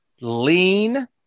lean